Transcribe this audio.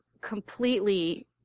completely